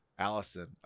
Allison